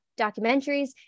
documentaries